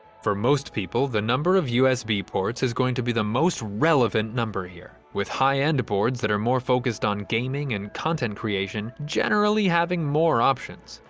for most people the number of usb ports is going to be the most relevant number here with high-end boards that are more focused on gaming and content creation generally having more options.